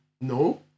No